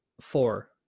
four